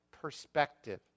perspective